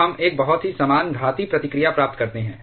तो हम एक बहुत ही समान घातीय प्रतिक्रिया प्राप्त करते हैं